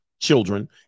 children